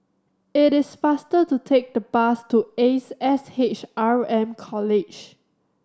it is faster to take the bus to Ace S H R M College